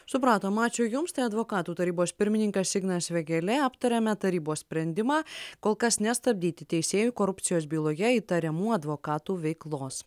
supratom ačiū jums tai advokatų tarybos pirmininkas ignas vėgėlė aptarėme tarybos sprendimą kol kas nestabdyti teisėjų korupcijos byloje įtariamų advokatų veiklos